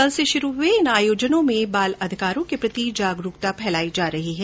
कल से शुरू हये इन आयोजनों में बाल अधिकारों के प्रति जागरूकता फैलाई जा रही है